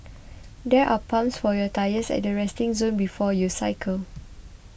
there are pumps for your tyres at the resting zone before you cycle